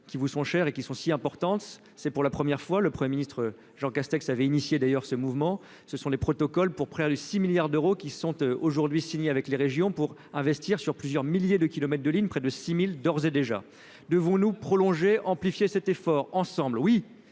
qui vous sont chers et qui sont si importantes, c'est pour la première fois le 1er ministre Jean Castex avait initié d'ailleurs ce mouvement, ce sont les protocoles pour près à le 6 milliards d'euros qui sont aujourd'hui signés avec les régions pour investir sur plusieurs milliers de kilomètres de lignes, près de 6000 d'ores et déjà, devons-nous prolonger, amplifier cet effort ensemble,